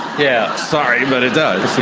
yeah sorry, but it does.